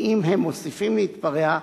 ואם הם מוסיפים להתפרע,